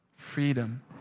Freedom